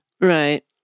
Right